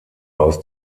aus